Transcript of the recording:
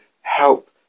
help